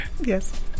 Yes